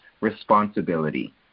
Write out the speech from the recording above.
responsibility